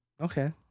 okay